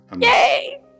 Yay